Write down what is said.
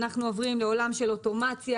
אנחנו עוברים לעולם של אוטומציה,